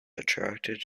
attracted